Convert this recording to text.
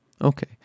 Okay